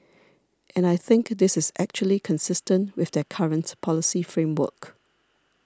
and I think this is actually consistent with their current policy framework